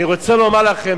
אני רוצה לומר לכם,